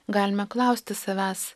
galime klausti savęs